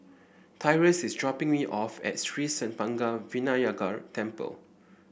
Tyrus is dropping me off at Sri Senpaga Vinayagar Temple